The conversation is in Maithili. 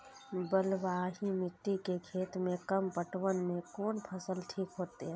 बलवाही मिट्टी के खेत में कम पटवन में कोन फसल ठीक होते?